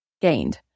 gained